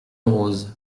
rose